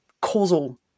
causal